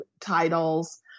titles